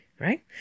right